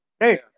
right